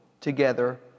together